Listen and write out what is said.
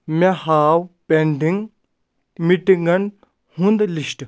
مےٚ ہاو پیٚنڈِنگ میٹنگن ہُند لسٹ